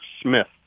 Smith